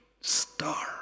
star